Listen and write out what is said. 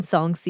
Song